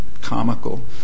comical